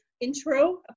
intro